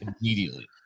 immediately